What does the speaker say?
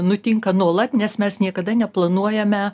nutinka nuolat nes mes niekada neplanuojame